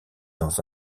dans